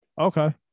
okay